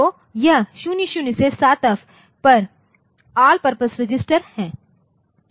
तो यह 00 से 7F पर आल पर्पस रजिस्टर है